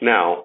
Now